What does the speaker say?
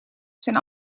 zijn